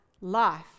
life